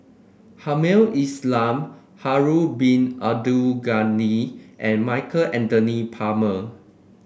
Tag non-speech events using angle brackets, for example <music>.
Hamed <unintelligible> Harun Bin Abdul Ghani and Michael Anthony Palmer